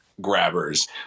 grabbers